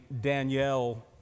Danielle